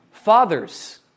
Fathers